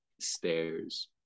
stairs